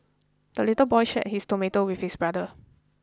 the little boy shared his tomato with his brother